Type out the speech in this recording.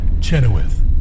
Chenoweth